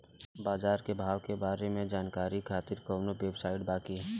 बाजार के भाव के बारे में जानकारी खातिर कवनो वेबसाइट बा की?